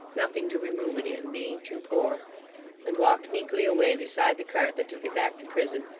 nothing to remove it in, being too poor and walked meekly away beside the cart that took it back to prison,